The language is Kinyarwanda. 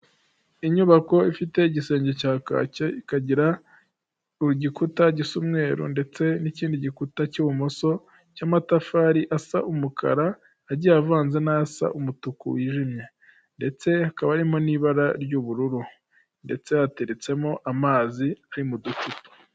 Inyubako ifite igisenge cya kake ikagira, igikuta gisa umweru ndetse n'ikindi gikuta cy'ibumoso cy'amatafari asa umukara yagiye avanze n'asa umutuku wijimye. Ndetse hakabamo n'ibara ry'ubururu, ndetse yateretsemo amazi ari mu ducupa.